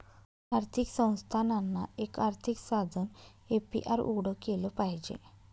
आर्थिक संस्थानांना, एक आर्थिक साधन ए.पी.आर उघडं केलं पाहिजे